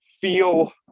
feel